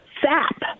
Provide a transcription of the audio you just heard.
sap